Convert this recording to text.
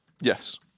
Yes